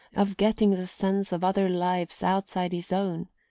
of getting the sense of other lives outside his own,